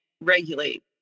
regulate